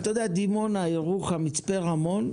בדימונה, בירוחם, במצפה רמון,